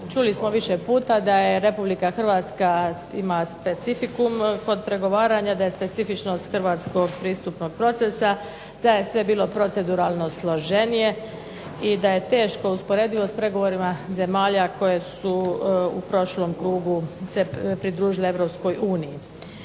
Čuli smo više puta da je RH ima specifikum kod pregovaranja, da je specifičnost hrvatskog pristupnog procesa, da je sve bilo proceduralno složenije i da je teško usporedivo sa zemljama koje su u prošlom krugu se pridružile EU.